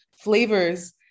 flavors